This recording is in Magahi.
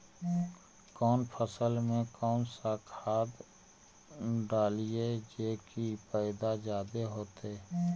कौन फसल मे कौन सा खाध डलियय जे की पैदा जादे होतय?